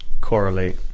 correlate